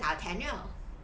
our tenure